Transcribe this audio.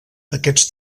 aquests